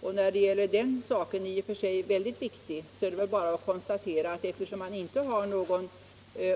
Och när det gäller den saken — i och för sig mycket viktig — är det väl bara att konstatera att eftersom man inte har någon